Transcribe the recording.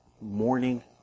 morning